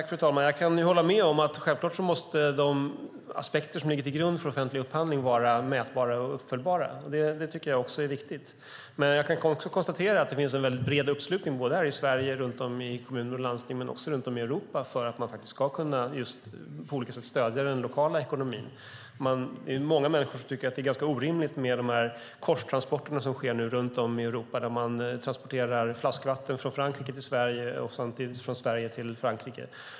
Fru talman! Jag kan hålla med om att de aspekter som ligger till grund för offentlig upphandling måste vara mätbara och möjliga att följa upp. Det tycker jag också är viktigt. Jag kan konstatera att det här i Sverige finns en bred uppslutning i kommuner och landsting, men också runt om i Europa, för att man ska kunna stödja den lokala ekonomin. Många människor tycker att det är orimligt med de korstransporter som nu sker i Europa där man transporterar flaskvatten från Frankrike till Sverige och från Sverige till Frankrike.